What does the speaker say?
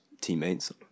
teammates